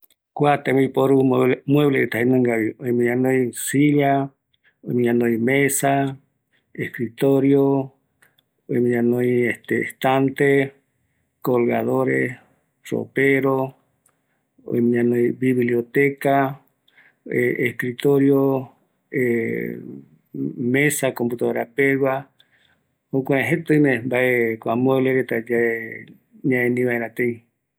Kua tembiporureta jaenungavi, oïme, silla, mesa. escritorio, estante, colagadores, ropero, mesa computadora pegua, jeta ñaëni vaera tei